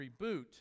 Reboot